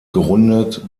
gerundet